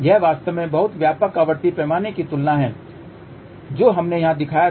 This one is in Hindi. यह वास्तव में बहुत व्यापक आवृत्ति पैमाने की तुलना है जो हमने यहां दिखाया था